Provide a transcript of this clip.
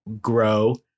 grow